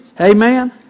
Amen